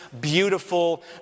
beautiful